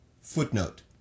Footnote